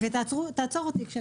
ותעצור אותי.